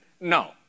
no